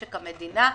משק המדינה,